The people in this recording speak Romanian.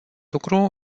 lucru